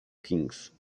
kings